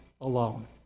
alone